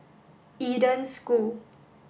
Eden School